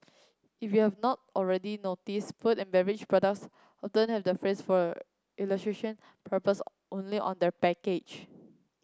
if you have not already noticed food and beverage products often have the phrase for illustration purpose only on their package